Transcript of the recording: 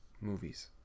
movies